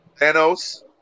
Thanos